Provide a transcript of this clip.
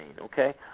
okay